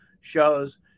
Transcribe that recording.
shows